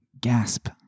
gasp